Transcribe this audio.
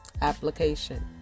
Application